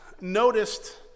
noticed